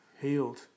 healed